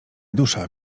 dusza